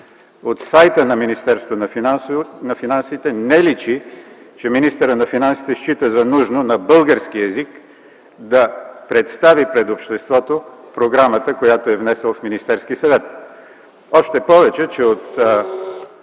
От сайта на Министерството на финансите не личи, че министърът на финансите счита за нужно на български език да представи пред обществото програмата, която е внесъл в Министерския съвет, още повече че от